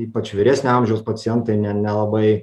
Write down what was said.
ypač vyresnio amžiaus pacientai ne nelabai